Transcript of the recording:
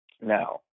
Now